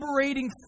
liberating